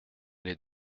les